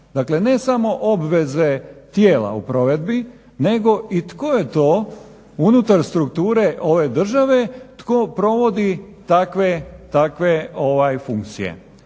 Dakle, ne samo obveze tijela u provedbi nego i tko je to unutar strukture ove države tko provodi takve funkcije.